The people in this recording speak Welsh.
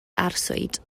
arswyd